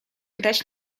grać